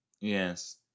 Yes